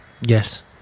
Yes